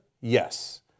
yes